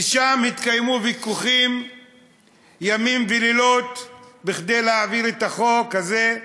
לילות וימים התקיימו שם ויכוחים כדי להעביר את החוק הזה.